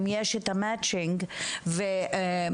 אם יש את ה- Matching אבל רשויות